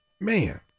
Man